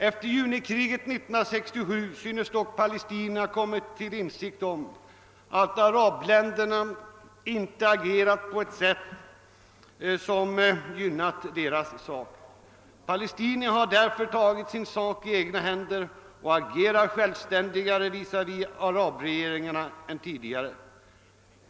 Efter junikriget 1967 synes dock palestinierna ha kommit till insikt om att arabländerna inte agerat på ett sätt som gynnat deras sak. Palestinierna har därför tagit sin sak i egna händer och agerar nu självständigare visavi arabregeringarna än tidigare.